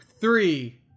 three